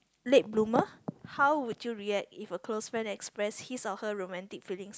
late bloomer how would you react if a close friend express his or her romantic feeling